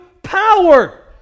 Power